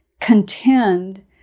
contend